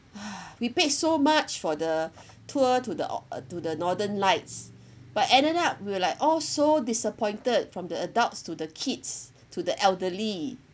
!huh! we paid so much for the tour to the uh to the northern lights but ended up we're like all so disappointed from the adults to the kids to the elderly